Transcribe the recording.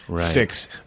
fix